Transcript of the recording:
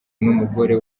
n’umugore